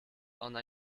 ona